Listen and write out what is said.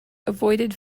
avoided